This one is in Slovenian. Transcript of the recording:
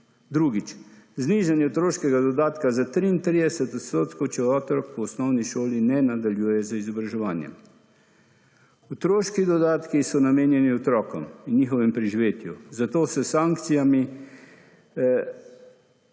Drugič. Znižanje otroškega dodatka za 33 %, če otrok v osnovni šoli ne nadaljuje z izobraževanjem. Otroški dodatki so namenjeni otrokom in njihovem preživetju, zato s sankcijami